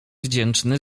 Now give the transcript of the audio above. wdzięczny